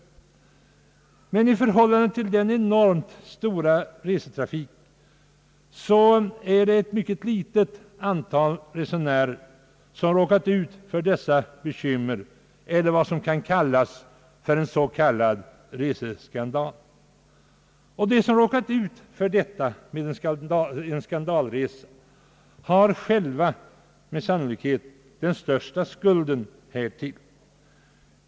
I förhållande till den enormt stora resetrafiken är det dock ett mycket litet antal resenärer som råkat ut för en s.k. reseskandal. De som blivit utsatta för en sådan skandalresa har själva med sannolikhet den största skulden härtill.